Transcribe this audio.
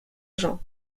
jean